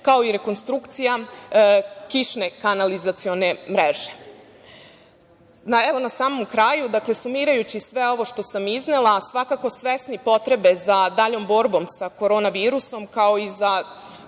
kao i rekonstrukcija kišne kanalizacione mreže. Na samom kraju sumirajući sve ovo što sam iznela, svakako svesni potrebe za daljom borbom sa korona virusom, kao i za